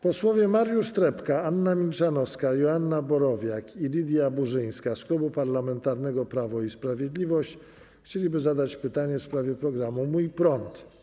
Posłowie Mariusz Trepka, Anna Milczanowska, Joanna Borowiak i Lidia Burzyńska z Klubu Parlamentarnego Prawo i Sprawiedliwość chcieliby zadać pytanie w sprawie programu „Mój prąd”